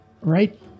right